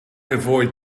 avoid